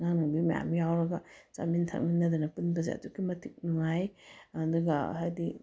ꯑꯉꯥꯡ ꯅꯨꯕꯤ ꯃꯌꯥꯝ ꯌꯥꯎꯔꯒ ꯆꯥꯃꯤꯟ ꯊꯛꯃꯤꯟꯅꯗꯅ ꯄꯨꯟꯕꯁꯦ ꯑꯗꯨꯛꯀꯤ ꯃꯇꯤꯛ ꯅꯨꯡꯉꯥꯏ ꯑꯗꯨꯒ ꯍꯥꯏꯗꯤ